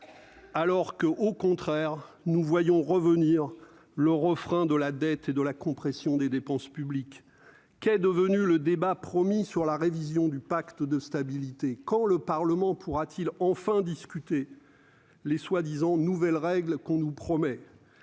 alors que, au contraire, nous voyons revenir le refrain de la dette et de la compression des dépenses publiques, qu'est devenu le débat promis sur la révision du pacte de stabilité, quand le Parlement pourra-t-il enfin discuter les soit disant nouvelles règles qu'on nous promet,